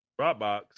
Dropbox